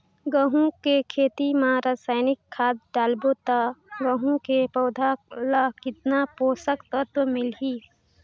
गंहू के खेती मां रसायनिक खाद डालबो ता गंहू के पौधा ला कितन पोषक तत्व मिलही?